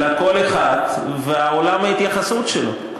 אלא כל אחד ועולם ההתייחסות שלו.